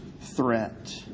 threat